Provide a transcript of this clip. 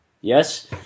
yes